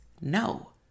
No